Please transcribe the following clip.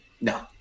no